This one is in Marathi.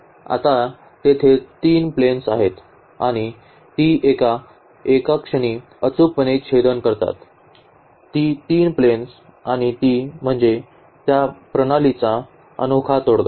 तर आता तेथे तीन प्लेन्स आहेत आणि ती एका क्षणी अचूकपणे छेदन करतात ही तीन प्लेन्स आणि ती म्हणजे त्या प्रणालीचा अनोखा तोडगा